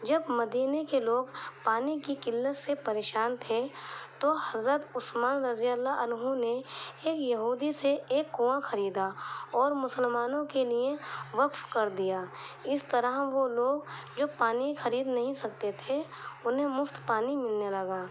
جب مدینے کے لوگ پانی کی قلت سے پریشان تھے تو حضرت عثمان رضی اللہ عنہ نے ایک یہودی سے ایک کنواں خریدا اور مسلمانوں کے لیے وقف کر دیا اس طرح وہ لوگ جو پانی خرید نہیں سکتے تھے انہیں مفت پانی ملنے لگا